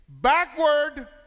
Backward